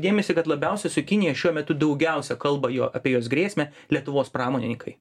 dėmesį kad labiausia su kinija šiuo metu daugiausia kalbama juo apie jos grėsmę lietuvos pramonininkai